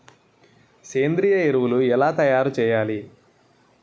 సేంద్రీయ ఎరువులు ఎలా తయారు చేయాలి?